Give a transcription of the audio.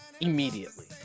immediately